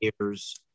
years